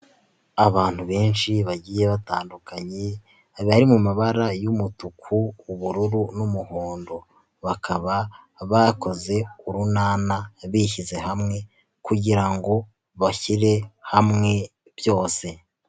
Abantu benshi bagiye batandukanye abari mu mabara y'umutuku, ubururu, n'umuhondo bakaba bakoze urunana bishyize hamwe kugirango bashyire hamwe byose.